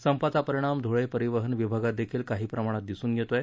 संपाचा परिणाम धुळे परिवहन विभागात देखील काही प्रमाणात दिसून येत आहे